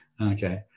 Okay